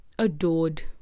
adored